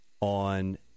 on